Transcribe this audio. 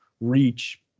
reach